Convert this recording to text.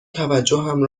توجهم